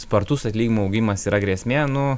spartus atlyginimų augimas yra grėsmė nu